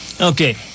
Okay